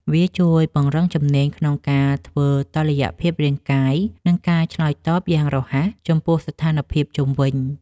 វាជួយពង្រឹងជំនាញក្នុងការធ្វើតុល្យភាពរាងកាយ និងការឆ្លើយតបយ៉ាងរហ័សចំពោះស្ថានភាពជុំវិញ។